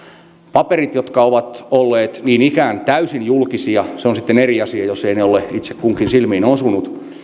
paperit jotka ovat olleet niin ikään täysin julkisia se on sitten eri asia jos ne eivät ole itse kunkin silmiin osuneet